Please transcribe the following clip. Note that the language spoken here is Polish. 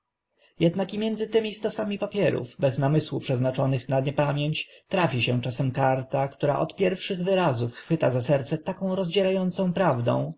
między tymi stosami papierów bez namysłu przeznaczonych na niepamięć trafi się czasem karta która od pierwszych wyrazów chwyta za serce taką rozdziera ącą prawdą